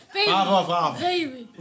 Baby